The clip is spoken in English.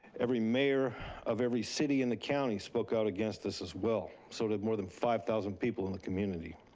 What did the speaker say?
every mayor of every city in the county spoke out against this as well. so did more than five thousand people in the community.